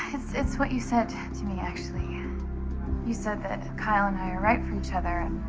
it's it's what you said to me, actually. you you said that kyle and i are right for each other, and